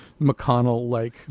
McConnell-like